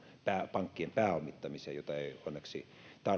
pankkien pääomittamiseen jota ei onneksi